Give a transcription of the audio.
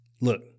Look